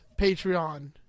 Patreon